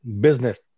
business